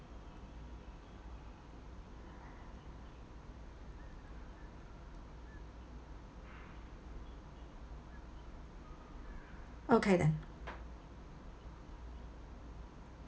okay then